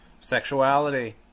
sexuality